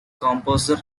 composer